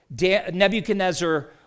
Nebuchadnezzar